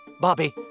Bobby